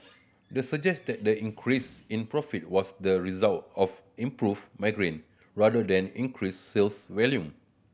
the suggest that the increase in profit was the result of improved margin rather than increased sales volume